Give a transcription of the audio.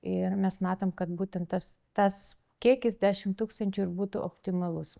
ir mes matom kad būtent tas tas kiekis dešim tūkstančių ir būtų optimalus